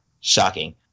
Shocking